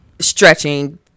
stretching